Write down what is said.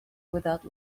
without